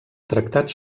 tractats